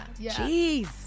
Jeez